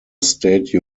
state